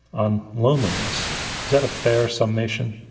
on loneliness is that a fair summation?